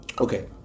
Okay